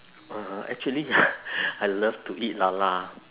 uh actually I love to eat 啦啦